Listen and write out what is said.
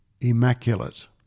immaculate